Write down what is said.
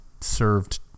served